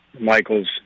Michael's